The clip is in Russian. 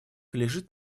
лежит